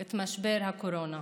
את משבר הקורונה?